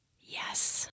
yes